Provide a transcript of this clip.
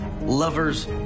lovers